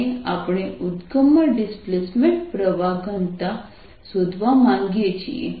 અને આપણે ઉદ્દગમમાં ડિસ્પ્લેસમેન્ટ પ્રવાહ ઘનતા શોધવા માંગીએ છીએ